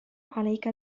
عليك